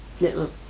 little